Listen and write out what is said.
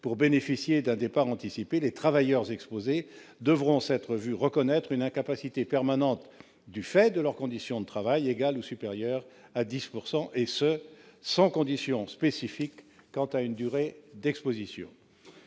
pour bénéficier d'un départ anticipé, les travailleurs exposés devront s'être vu reconnaître une incapacité permanente du fait de leurs conditions de travail égale ou supérieure à 10 %, et ce sans condition spécifique quant à une durée d'exposition.